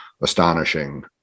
astonishing